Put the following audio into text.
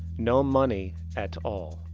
no money at all.